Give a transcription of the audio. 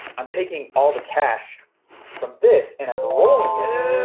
i'm taking all the cash from this, and i'm rolling it,